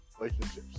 relationships